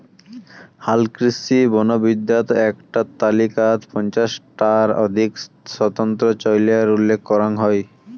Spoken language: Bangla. হালকৃষি বনবিদ্যাত এ্যাকটা তালিকাত পঞ্চাশ টার অধিক স্বতন্ত্র চইলের উল্লেখ করাং হই